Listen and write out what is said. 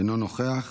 אינו נוכח,